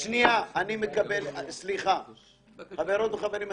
חברות וחברים,